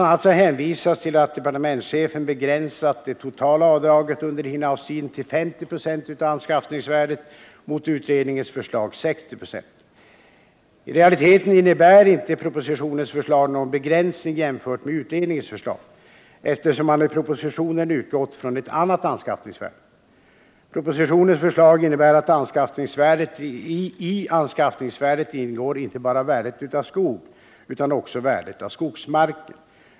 a. hänvisas till att departementschefen begränsat det totala avdraget under innehavstiden till 50 96 av anskaffningsvärdet mot utredningens förslag 60 96. I realiteten innebär inte propositionens förslag någon begränsning jämfört med utredningens förslag eftersom man i propositionen utgått från ett annat anskaffningsvärde. Propositionens förslag innebär att i anskaffningsvärdet ingår inte bara värdet av skog utan också värdet av skogsmarken.